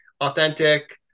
authentic